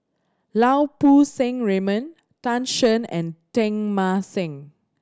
Lau Poo Seng Raymond Tan Shen and Teng Mah Seng